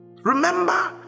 remember